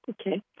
okay